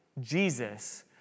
Jesus